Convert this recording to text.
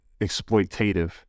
exploitative